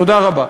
תודה רבה.